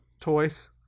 toys